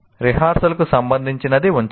రిహార్సల్కు సంబంధించినది ఉంచండి